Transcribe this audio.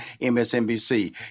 MSNBC